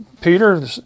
Peter